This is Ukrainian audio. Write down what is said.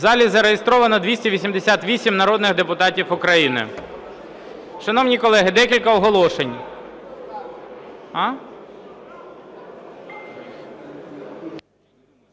В залі зареєстровано 288 народних депутатів України.